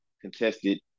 contested